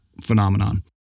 phenomenon